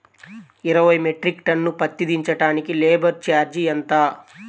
ఇరవై metric ton పత్తి దించటానికి లేబర్ ఛార్జీ ఎంత?